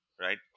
right